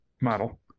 model